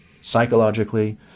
psychologically